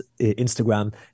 Instagram